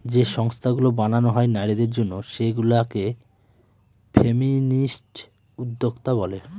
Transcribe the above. যে সংস্থাগুলো বানানো হয় নারীদের জন্য সেগুলা কে ফেমিনিস্ট উদ্যোক্তা বলে